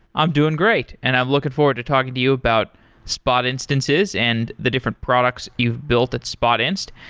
i'm doing great, and i'm looking forward to talking to you about spot instances and the different products you've built at spotinst.